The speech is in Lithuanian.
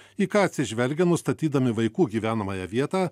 į ką atsižvelgia nustatydami vaikų gyvenamąją vietą